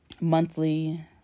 monthly